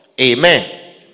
Amen